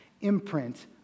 imprint